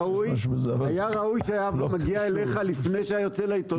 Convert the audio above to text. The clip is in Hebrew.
היה ראוי שהיה מגיע אליך לפני שהיה יוצא לעיתונות.